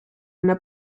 una